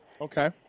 Okay